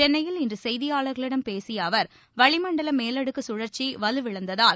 சென்னையில் இன்றுசெய்தியாளர்களிடம் பேசியஅவர் வளிமண்டலமேலடுக்குசழற்சிவலுவிழந்ததால்